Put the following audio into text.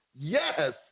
yes